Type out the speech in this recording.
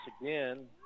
again